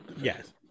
Yes